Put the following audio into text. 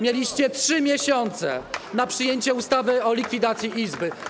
Mieliście 3 miesiące na przyjęcie ustawy o likwidacji izby.